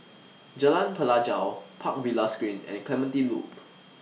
Jalan Pelajau Park Villas Green and Clementi Loop